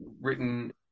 written